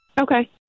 Okay